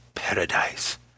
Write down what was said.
paradise